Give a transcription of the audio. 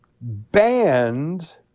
banned